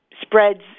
spreads